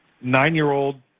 Nine-year-old